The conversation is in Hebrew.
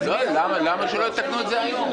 למה לא יתקנו את זה היום?